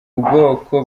ubwoko